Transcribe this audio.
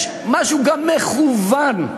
יש משהו גם מכוון,